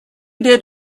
did